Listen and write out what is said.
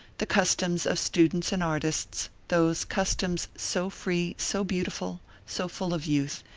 the customs of students and artists, those customs so free, so beautiful, so full of youth,